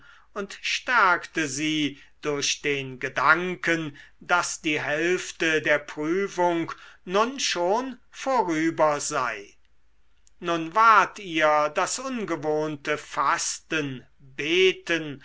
und stärkte sie durch den gedanken daß die hälfte der prüfung nun schon vorüber sei nun ward ihr das ungewohnte fasten beten